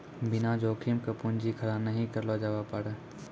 बिना जोखिम के पूंजी खड़ा नहि करलो जावै पारै